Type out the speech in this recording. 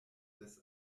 des